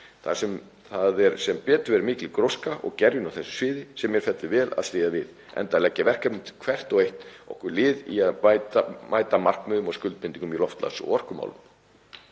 Það er sem betur fer mikil gróska og gerjun á þessu sviði sem mér fellur vel að styðja við, enda leggja verkefnin hvert og eitt okkur lið í að mæta markmiðum og skuldbindingum í loftslags- og orkumálum.